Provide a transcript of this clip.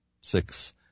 six